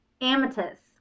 Amethyst